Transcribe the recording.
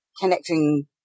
connecting